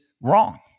wrong